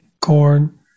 corn